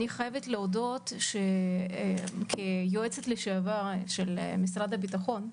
אני חייבת להודות כיועצת לשעבר של משרד הביטחון,